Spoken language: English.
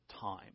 time